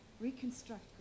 Reconstruct